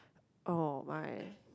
oh my